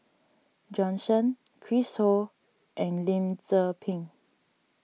Bjorn Shen Chris Ho and Lim Tze Peng